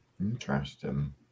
interesting